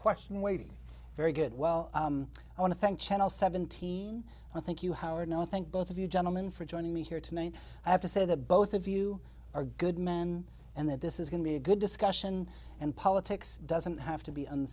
question waiting very good well i want to thank channel seventeen i thank you howard i thank both of you gentlemen for joining me here tonight i have to say that both of you are good men and that this is going to be a good discussion and politics doesn't have to be